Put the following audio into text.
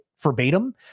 verbatim